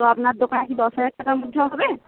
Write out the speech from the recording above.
তো আপনার দোকানে কি দশ হাজার টাকার মধ্যে হবে